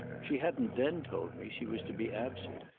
she hadn't then told me she was to be absent,